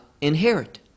inherit